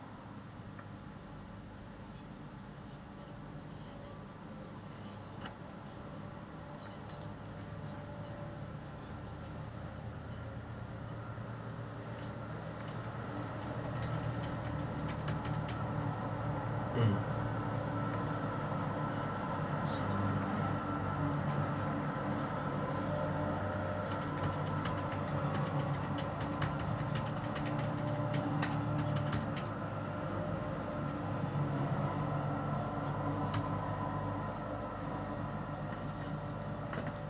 um